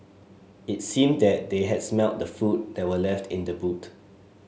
it seemed that they had smelt the food that were left in the boot